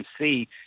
see